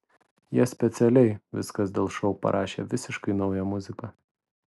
jie specialiai viskas dėl šou parašė visiškai naują muziką